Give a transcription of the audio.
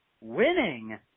winning